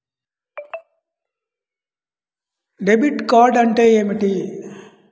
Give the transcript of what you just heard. Debit card అంటే ఏమిటి?